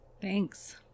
Thanks